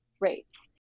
rates